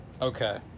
Okay